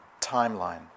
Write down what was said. timeline